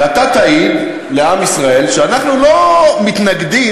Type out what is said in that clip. ואתה תעיד לעם ישראל שאנחנו לא מתנגדים